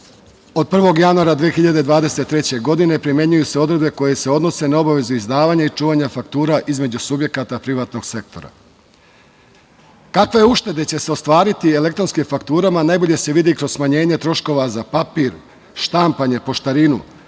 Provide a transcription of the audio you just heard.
od 1. januara 2023. godine primenjuju se odredbe koje se odnose na obavezu izdavanja i čuvanja faktura između subjekata privatnog sektora. Kakve uštede će se ostvariti elektronskim fakturama najbolje se vidi kroz smanjenje troškova za papir, štampanje, poštarinu,